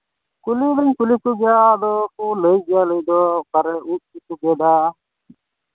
ᱠᱩᱞᱤ ᱦᱚᱸ ᱵᱟᱹᱞᱤᱧ ᱠᱩᱞᱤ ᱠᱚᱜᱮᱭᱟ ᱟᱫᱚ ᱠᱚ ᱞᱟᱹᱭ ᱜᱮᱭᱟ ᱞᱟᱹᱭ ᱫᱚ ᱚᱠᱟᱨᱮ ᱩᱵ ᱠᱚᱠᱚ ᱜᱮᱫᱟ